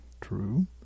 True